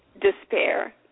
despair